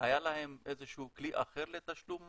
היה להם איזה שהוא כלי אחר לתשלום מס,